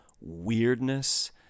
weirdness